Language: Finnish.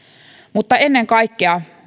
mutta ennen kaikkea